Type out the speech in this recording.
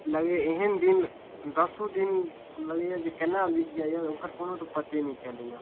लगैया एहन दिन दसो दिन लगैया जे केना बीत जाइए ओकर कोनो तऽ पते नहि चलैया